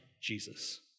Jesus